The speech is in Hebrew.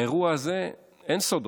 באירוע הזה אין סודות,